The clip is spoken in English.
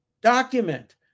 document